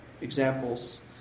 examples